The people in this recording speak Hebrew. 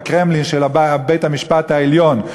בקרמלין של בית-המשפט העליון,